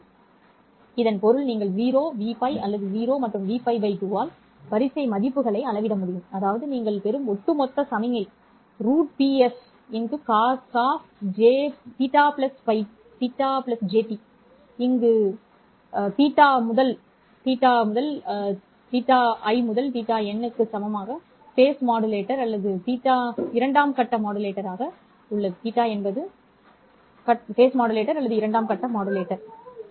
நீங்கள் இதைப் பயன்படுத்தலாம் இதன் பொருள் நீங்கள் 0 Vπ அல்லது 0 மற்றும் Vπ 2 ஆல் வரிசை மதிப்புகளை அளவிட முடியும் அதாவது நீங்கள் பெறும் ஒட்டுமொத்த சமிக்ஞை √Pscos ¿t θ இங்கு the முதல் to க்கு சமம் கட்ட மாடுலேட்டர் மற்றும் இரண்டாம் கட்ட மாடுலேட்டரின்